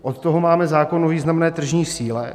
Od toho máme zákon o významné tržní síle.